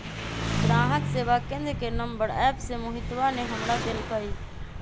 ग्राहक सेवा केंद्र के नंबर एप्प से मोहितवा ने हमरा देल कई